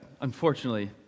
unfortunately